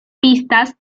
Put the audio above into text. pistas